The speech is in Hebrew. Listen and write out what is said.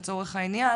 לצורך העניין,